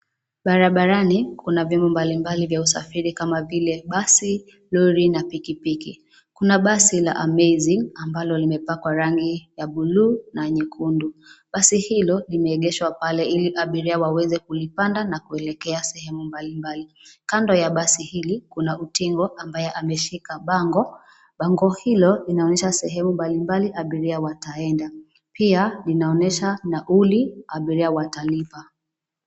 Barabarani kuna vyombo mbalimbali vya usafiri kama vile basi, lori na pikipiki. Kuna basi la Amazing ambalo limepkwa rangi ya bluu na nyekundu. Basi hilo limeegeshwa pale ili abiria waweze kulipanda na kuelekea sehemu mbalimbali. Kando ya basi hili kuna utingo ambaye ameshika bango. Bango hilo linaonyesha sehemu mbalimbali abiria wataenda. Pia linaonyesha nauli abiria watalipa.